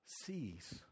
Sees